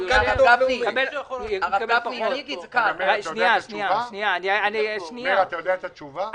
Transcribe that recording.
מאיר, אתה יודע את התשובה?